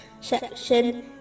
section